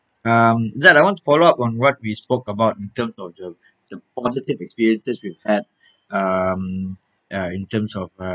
um azad I want to follow up on what we spoke about in terms of the the positive experiences we've had um uh in terms of uh